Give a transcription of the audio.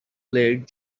played